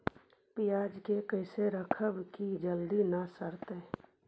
पयाज के कैसे रखबै कि जल्दी न सड़तै?